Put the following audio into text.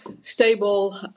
stable